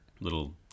little